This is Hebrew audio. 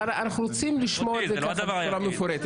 אנחנו רוצים לשמוע את זה כתשובה מפורטת.